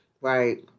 Right